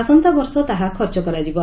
ଆସନ୍ତାବର୍ଷ ତାହା ଖର୍ଚ କରାଯିବ